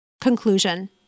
Conclusion